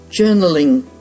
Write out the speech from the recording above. Journaling